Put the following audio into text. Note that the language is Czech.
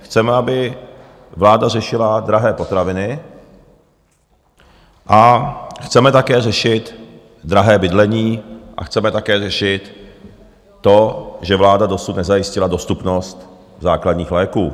Chceme, aby vláda řešila drahé potraviny, a chceme také řešit drahé bydlení a chceme také řešit to, že vláda dosud nezajistila dostupnost základních léků.